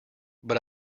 but